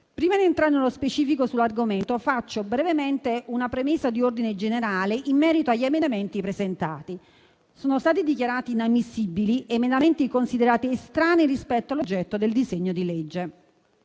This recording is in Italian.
Prima di entrare nello specifico sull'argomento, faccio brevemente una premessa di ordine generale in merito agli emendamenti presentati. Sono stati dichiarati inammissibili emendamenti considerati estranei rispetto all'oggetto del disegno di legge.